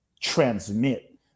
transmit